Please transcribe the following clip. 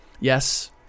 Yes